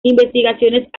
investigaciones